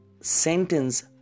sentence